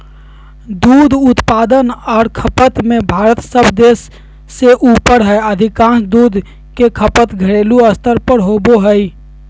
दूध उत्पादन आर खपत में भारत सब देश से ऊपर हई अधिकांश दूध के खपत घरेलू स्तर पर होवई हई